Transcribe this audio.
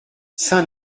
saint